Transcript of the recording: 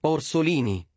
Orsolini